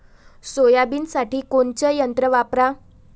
सोयाबीनसाठी कोनचं यंत्र वापरा?